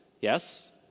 Yes